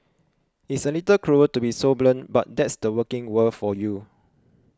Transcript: it's a little cruel to be so blunt but that's the working world for you